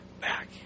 back